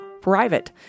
Private